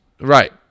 Right